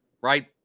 right